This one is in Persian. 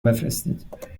بفرستید